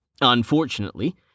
Unfortunately